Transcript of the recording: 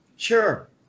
Sure